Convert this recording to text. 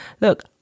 Look